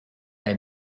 they